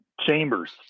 Chambers